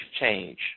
change